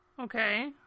Okay